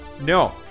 No